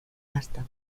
hasta